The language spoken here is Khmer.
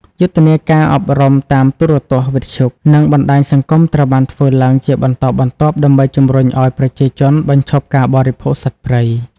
យុទ្ធនាការអប់រំតាមទូរទស្សន៍ វិទ្យុ និងបណ្ដាញសង្គមត្រូវបានធ្វើឡើងជាបន្តបន្ទាប់ដើម្បីជំរុញឱ្យប្រជាជនបញ្ឈប់ការបរិភោគសត្វព្រៃ។